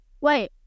Wait